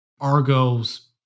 Argo's